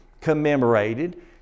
commemorated